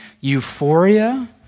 euphoria